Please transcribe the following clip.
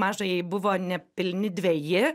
mažajai buvo nepilni dveji